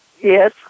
Yes